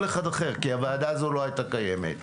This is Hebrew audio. אחד אחר כי הוועדה הזו לא הייתה קיימת.